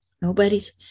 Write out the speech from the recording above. Nobody's